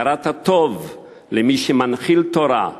הכרת הטוב למי שמנחיל תורה,